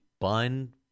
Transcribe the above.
bun